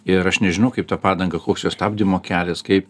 ir aš nežinau kaip ta padanga koks jos stabdymo kelias kaip